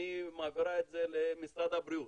אני מעבירה את זה למשרד הבריאות.